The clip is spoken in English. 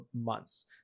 months